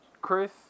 Chris